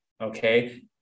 okay